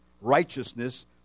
righteousness